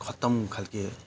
खत्तम खाल्के